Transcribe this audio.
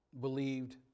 believed